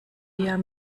eher